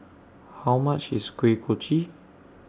How much IS Kuih Kochi